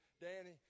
Danny